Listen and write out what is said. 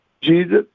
Jesus